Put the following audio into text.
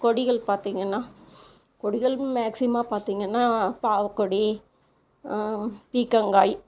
கொடிகள் பார்த்திங்கன்னா கொடிகள் மேக்ஸிமம் பார்த்திங்கன்னா பாவக்கொடி பீக்கங்காய்